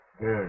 Good